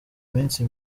iminsi